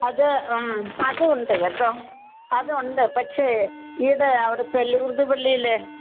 അത് അതു ഉണ്ട് കേട്ടോ അത് ഉണ്ട് പക്ഷേ ഈയിടെ അവിടുത്തെ ലൂര്ദ് പള്ളിയിലെ